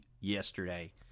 yesterday